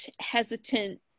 hesitant